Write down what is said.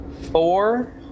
four